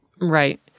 Right